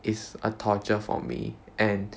is a torture for me and